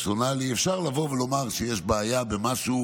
"פרסונלי" אפשר לבוא ולומר שיש בעיה במשהו